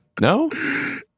No